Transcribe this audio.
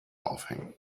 aufhängen